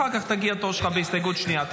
אחר כך יגיע התור שלך בהסתייגות שנייה.